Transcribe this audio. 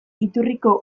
iturriko